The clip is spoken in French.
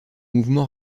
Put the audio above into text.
mouvement